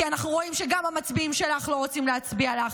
כי אנחנו רואים שגם המצביעים שלך לא רוצים להצביע לך.